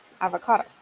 Avocado